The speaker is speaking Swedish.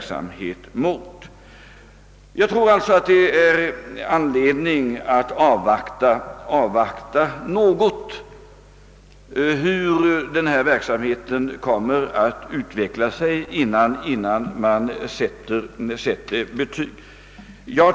Jag tror alltså att det är anledning att något avvakta hur denna verksamhet kommer att utveckla sig innan man sätter betyg.